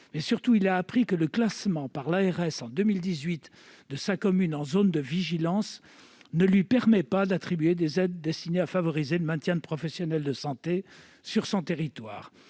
Surtout, il a appris que le classement par l'ARS en 2018 de sa commune en zone de vigilance ne lui permet pas d'attribuer des aides destinées à favoriser le maintien de professionnels de santé sur son territoire,